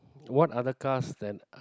what other cars then